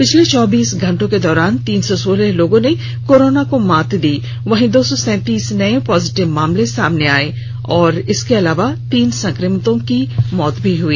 पिछले चौबीस घंटे के दौरान तीन ॅसौ सोलह लोगों ने कोरोना को मात दी वहीं दो सौ सैंतीस नए पॉजिटिव मामले सामने आने के अलावा तीन संक्रमितों की मौत भी हो गई